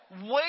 Wait